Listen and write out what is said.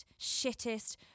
shittest